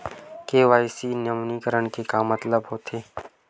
KYC नवीनीकरण के मतलब का होथे?